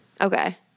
Okay